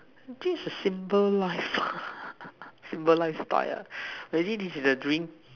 this is a simple life simple life style ah maybe this is a dream